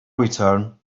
return